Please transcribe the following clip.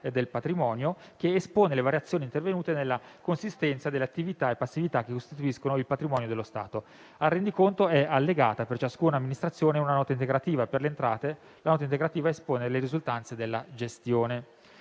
del patrimonio, che espone le variazioni intervenute nella consistenza delle attività e passività che costituiscono il patrimonio dello Stato. Al rendiconto sono allegate, per ciascuna amministrazione, una nota integrativa per le entrate e una nota integrativa che espone le risultanze della gestione.